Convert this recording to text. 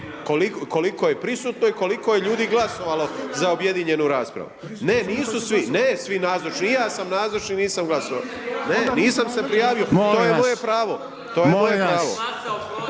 koliko je prisutno i koliko je ljudi glasovalo za objedinjenu raspravu. Ne, nisu svi, ne svi nazočni, i ja sam nazočni, nisam glasovao, ne, nisam se prijavio…/Upadica: Molim vas/…, to je moje